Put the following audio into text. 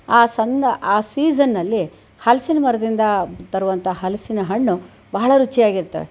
ಆ ಸನ್ನ ಆ ಸೀಸನ್ನಲ್ಲಿ ಹಲಸಿನ ಮರದಿಂದ ತರುವಂಥ ಹಲಸಿನ ಹಣ್ಣು ಬಹಳ ರುಚಿಯಾಗಿರುತ್ತವೆ